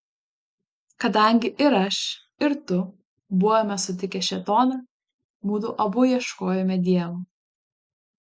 kadangi ir aš ir tu buvome sutikę šėtoną mudu abu ieškojome dievo